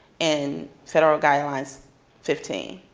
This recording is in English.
and federal guideline's fifteen.